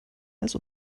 als